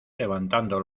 levantando